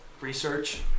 research